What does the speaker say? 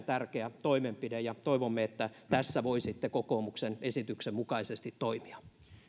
tärkeä toimenpide ja toivomme että tässä voisitte kokoomuksen esityksen mukaisesti toimia